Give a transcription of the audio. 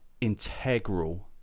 integral